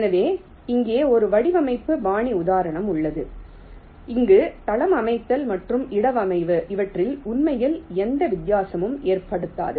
எனவே இங்கே ஒரு வடிவமைப்பு பாணி உதாரணம் உள்ளது இங்கு தளம் அமைத்தல் மற்றும் இடவமைவு இவற்றில் உண்மையில் எந்த வித்தியாசத்தையும் ஏற்படுத்தாது